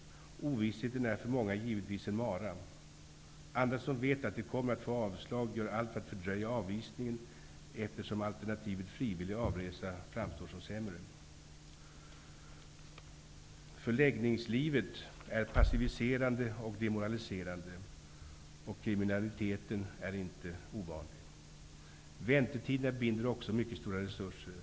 Ovissheten är för många givetvis en mara. Andra som vet att de kommer att få avslag gör allt för att fördröja avvisningen, eftersom alternativet frivillig avresa framstår som sämre. Förläggningslivet är passiviserande och demoraliserande. Kriminalitet är inte ovanligt. Väntetiderna binder också mycket stora resurser.